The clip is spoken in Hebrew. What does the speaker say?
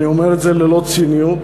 אני אומר את זה ללא ציניות.